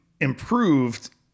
improved